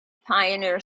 pioneer